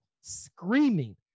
screaming